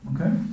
okay